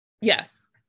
Yes